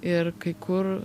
ir kai kur